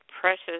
precious